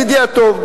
ידידי הטוב,